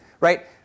right